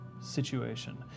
situation